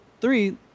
three